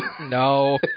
No